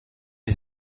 est